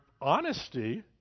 honesty